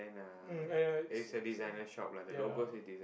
mm and uh it's a it's a ya